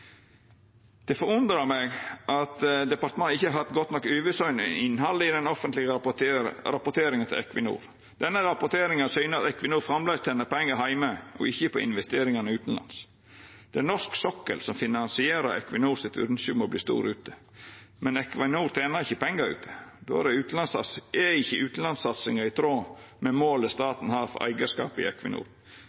Det forundrar meg at departementet ikkje har hatt godt nok oversyn over innhaldet i den offentlege rapporteringa til Equinor. Denne rapporteringa syner at Equinor framleis tener pengar heime og ikkje på investeringane utanlands. Det er norsk sokkel som finansierar Equinors ynske om å verta stor ute. Men Equinor tener ikkje pengar ute. Då er ikkje utanlandssatsinga i tråd med målet staten har for eigarskapet i